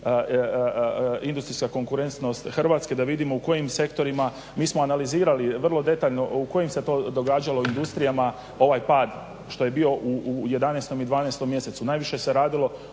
industrijska konkurentnost Hrvatske da vidimo u kojim sektorima mi smo analizirali vrlo detaljno u kojim se to događalo industrijama ovaj pad što je bio u 11.i 12.mjesecu. najviše se radilo